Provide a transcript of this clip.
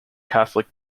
catholic